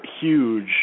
huge